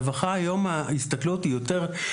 הסתכלות הרווחה היום היא הרבה יותר רחבה.